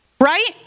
Right